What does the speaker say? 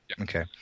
Okay